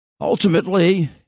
Ultimately